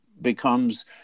becomes –